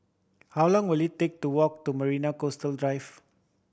how long will it take to walk to Marina Coastal Drive